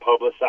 publicize